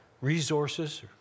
resources